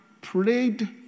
prayed